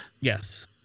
Yes